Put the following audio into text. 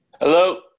Hello